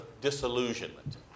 disillusionment